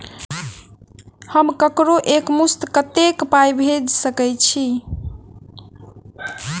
हम ककरो एक मुस्त कत्तेक पाई भेजि सकय छी?